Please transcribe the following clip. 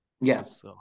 yes